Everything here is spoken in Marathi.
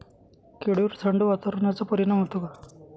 केळीवर थंड वातावरणाचा परिणाम होतो का?